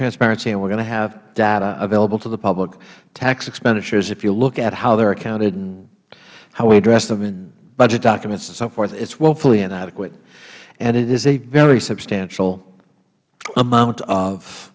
transparency and we are going to have data available to the public tax expenditures if you look at how they are accounted and how we address them in budget documents and so forth it is woefully inadequate and it is a very substantial amount of